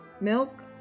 Milk